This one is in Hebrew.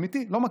אמיתי, לא מכיר.